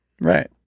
right